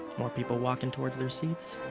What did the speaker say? more people walking towards their seats.